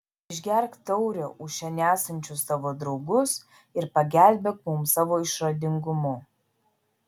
išgerk taurę už čia nesančius tavo draugus ir pagelbėk mums savo išradingumu